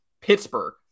Pittsburgh